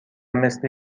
مثل